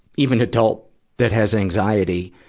even adult that has anxiety,